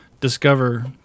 discover